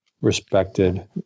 respected